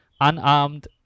unarmed